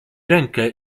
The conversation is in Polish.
rękę